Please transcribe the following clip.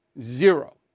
Zero